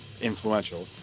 influential